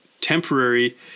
temporary